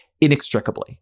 inextricably